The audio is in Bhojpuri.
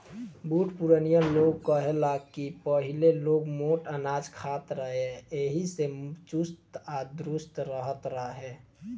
बुढ़ पुरानिया लोग कहे ला की पहिले लोग मोट अनाज खात रहे एही से चुस्त आ दुरुस्त रहत रहे